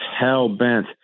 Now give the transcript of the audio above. hell-bent